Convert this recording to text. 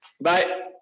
Bye